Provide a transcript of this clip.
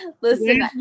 listen